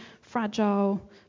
fragile